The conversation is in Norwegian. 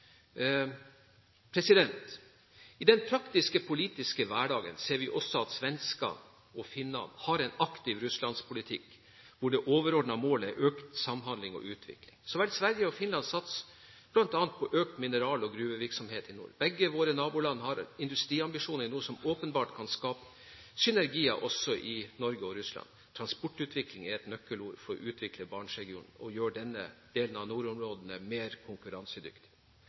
I den praktiske politiske hverdagen ser vi at også at svensker og finner har en aktiv russlandspolitikk, hvor det overordnede mål er økt samhandling og utvikling. Så vel Sverige som Finland satser bl.a. på økt mineral- og gruvevirksomhet i nord. Begge våre naboland har industriambisjoner i nord som åpenbart kan skape synergier, også i Norge og Russland. Transportutvikling er et nøkkelord for å utvikle Barentsregionen og gjøre denne delen av nordområdene mer konkurransedyktig.